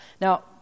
Now